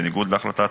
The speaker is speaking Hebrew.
בניגוד להחלטת